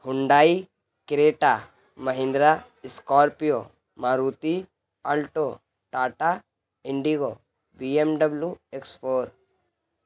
Hyundai Creta Mahindra Scorpio Maruti Alto Tata Indigo B M W X four